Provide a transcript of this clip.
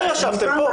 פה ישבתם, פה.